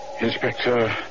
Inspector